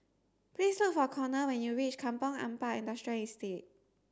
please look for Conner when you reach Kampong Ampat Industrial Estate